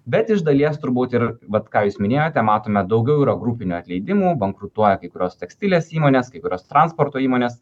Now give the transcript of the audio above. bet iš dalies turbūt ir vat ką jūs minėjote matome daugiau yra grupinių atleidimų bankrutuoja kai kurios tekstilės įmonės kai kurios transporto įmonės